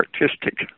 artistic